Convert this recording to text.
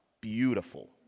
beautiful